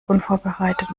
unvorbereitet